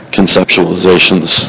conceptualizations